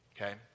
Okay